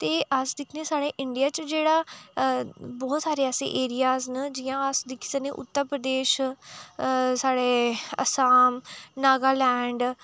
ते अस दिक्खने साढ़े इंडिया च जेह्ड़ा बहोत सारे ऐसे एरियाज़ न जि'यां अस दिक्खी सकने उत्तर प्रदेश साढे़ असाम नागालैंड